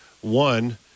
One